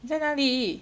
你在哪里